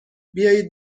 بیاید